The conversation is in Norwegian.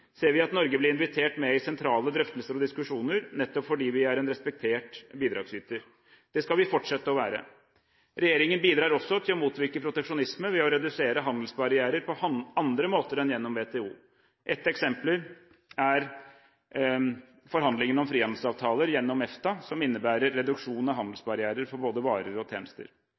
ser vi at Norge blir invitert med i sentrale drøftelser og diskusjoner, nettopp fordi vi er en respektert bidragsyter. Det skal vi fortsette å være. Regjeringen bidrar også til å motvirke proteksjonisme ved å redusere handelsbarrierer på andre måter enn gjennom WTO. Ett eksempel er forhandlinger om frihandelsavtaler gjennom EFTA som innebærer reduksjon av handelsbarrierer for både varer og tjenester.